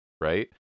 right